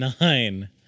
Nine